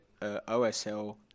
OSL